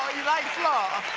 you like flaw?